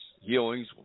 healings